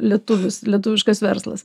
lietuvis lietuviškas verslas